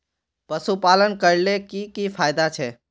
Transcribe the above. पशुपालन करले की की फायदा छे?